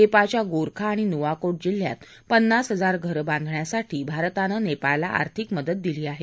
नेपाळच्या गोरखा आणि नुवाको जिल्ह्यात पन्नास हजार घरं बांधण्यासाठी भारतानं नेपाळला आर्थिक मदत दिली आहे